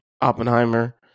Oppenheimer